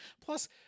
Plus